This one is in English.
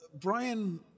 Brian